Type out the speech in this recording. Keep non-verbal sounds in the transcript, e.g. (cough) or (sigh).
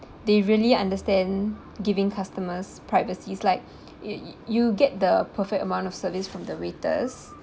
they really understand giving customers privacy is like (breath) you you get the perfect amount of service from the waiters